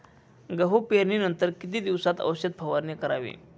गहू पेरणीनंतर किती दिवसात औषध फवारणी करावी?